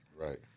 Right